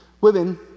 Women